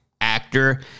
actor